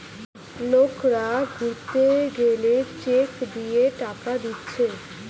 লোকরা ঘুরতে গেলে চেক দিয়ে টাকা দিচ্ছে